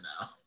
now